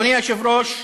אדוני היושב-ראש,